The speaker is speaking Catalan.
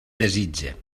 desitge